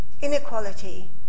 inequality